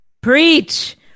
Preach